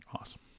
Awesome